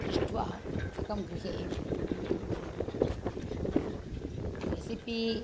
दृष्ट्वा अहं गृहे रेसिपी